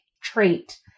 trait